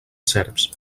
serps